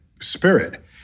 spirit